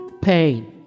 pain